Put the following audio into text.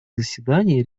заседании